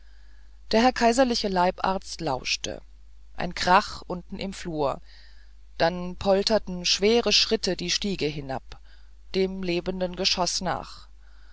der herr kaiserliche leibarzt lauschte ein krach unten im flur dann polterten schwere fußtritte die stiegen hinab dem lebenden geschoß nach